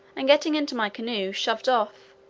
and, getting into my canoe, shoved off